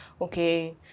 okay